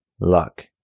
luck